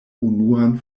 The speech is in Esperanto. unuan